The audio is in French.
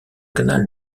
canal